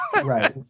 right